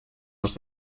los